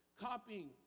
copying